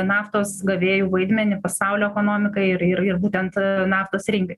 naftos gavėjų vaidmenį pasaulio ekonomikai ir ir būtent naftos rinkai